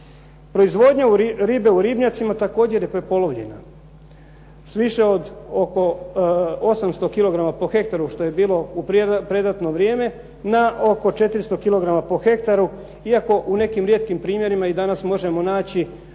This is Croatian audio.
Proizvodnja ribe u ribnjacima također je prepolovljena s više od 800 kg po hektaru što je bilo u predratno vrijeme na oko 400 kg po hektaru, iako u nekim rijetkim primjerima i danas možemo naći